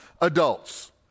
adults